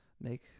make